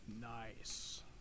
nice